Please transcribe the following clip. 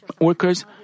workers